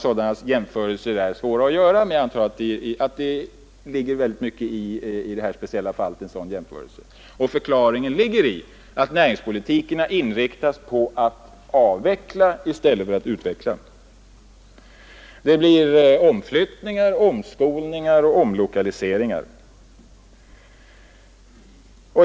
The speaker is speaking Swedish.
— Sådana jämförelser är svåra att göra, men jag antar att det ligger mycket i den i detta fall, och förklaringen ligger i att näringspolitiken är inriktad på att avveckla i stället för att utveckla. Följden blir omflyttningar, omskolningar och omlokaliseringar.